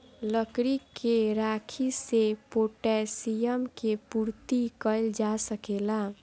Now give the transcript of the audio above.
लकड़ी के राखी से पोटैशियम के पूर्ति कइल जा सकेला